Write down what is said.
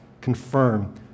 confirm